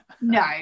no